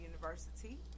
University